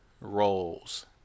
roles